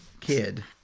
kid